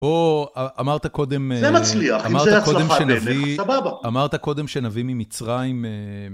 או אמרת קודם... זה מצליח, אם זה הצלחה אין לך, סבבה. אמרת קודם שנביא ממצרים...